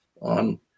on